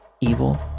evil